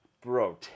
bro